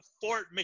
Fort